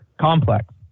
complex